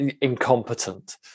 incompetent